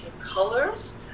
colors